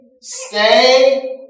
stay